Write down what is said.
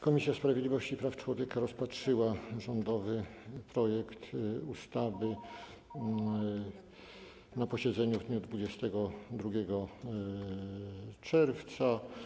Komisja Sprawiedliwości i Praw Człowieka rozpatrzyła rządowy projekt ustawy na posiedzeniu w dniu 22 czerwca.